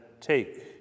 Take